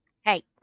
hey